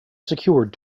secured